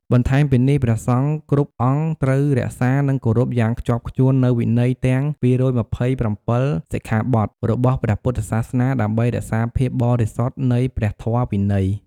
បន្ថែមពីនេះ ព្រះសង្ឃគ្រប់អង្គត្រូវរក្សា និងគោរពយ៉ាងខ្ជាប់ខ្ជួននូវវិន័យទាំង ២២៧ សិក្ខាបទរបស់ព្រះពុទ្ធសាសនាដើម្បីរក្សាភាពបរិសុទ្ធនៃព្រះធម៌វិន័យ។